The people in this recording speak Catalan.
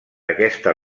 aquesta